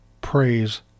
praise